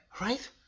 right